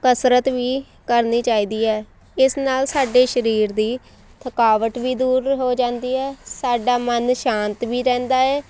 ਕਸਰਤ ਵੀ ਕਰਨੀ ਚਾਹੀਦੀ ਹੈ ਇਸ ਨਾਲ ਸਾਡੇ ਸਰੀਰ ਦੀ ਥਕਾਵਟ ਵੀ ਦੂਰ ਹੋ ਜਾਂਦੀ ਹੈ ਸਾਡਾ ਮਨ ਸ਼ਾਂਤ ਵੀ ਰਹਿੰਦਾ ਹੈ